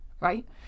Right